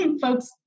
folks